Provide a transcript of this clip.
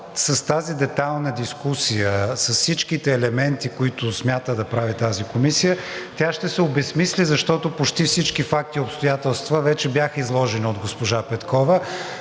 с тази детайлна дискусия, с всичките елементи, които смята да прави тази комисия, тя ще се обезсмисли, защото почти всички факти и обстоятелства вече бяха изложени от госпожа Петкова.